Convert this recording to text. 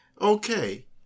okay